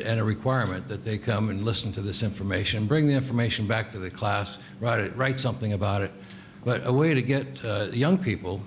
had a requirement that they come in listen to this information bring the information back to the class write it write something about it but a way to get young people